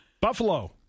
Buffalo